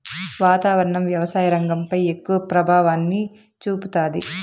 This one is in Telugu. వాతావరణం వ్యవసాయ రంగంపై ఎక్కువ ప్రభావాన్ని చూపుతాది